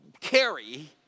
carry